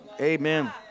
Amen